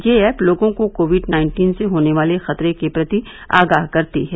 यह ऐप लोगों को कोविड नाइन्टीन से होने वाले खतरे के प्रति आगाह करती है